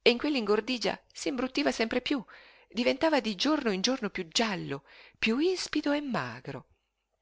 e in quell'ingordigia s'imbruttiva sempre piú diventava di giorno in giorno piú giallo piú ispido e magro